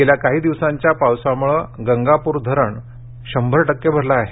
गेल्या काही दिवसांच्या पावसामुळे गंगापूर धरण अगोदरच शंभर टक्के भरले आहे